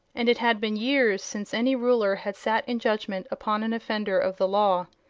and it had been years since any ruler had sat in judgment upon an offender of the law.